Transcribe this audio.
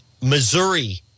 Missouri